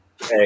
hey